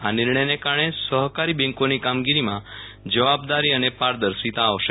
આ નિર્ણયને કારણે સહકારી બેન્કોની કામગીરીમાં જવાબદારી અને પારદર્શિતા આવશે